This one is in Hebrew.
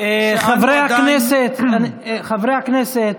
חברי הכנסת,